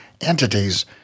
entities